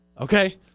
Okay